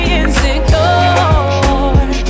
insecure